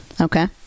Okay